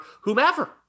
whomever